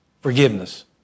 forgiveness